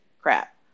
crap